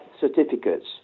certificates